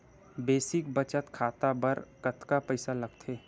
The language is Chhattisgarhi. बेसिक बचत खाता बर कतका पईसा लगथे?